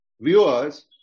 viewers